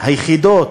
היחידות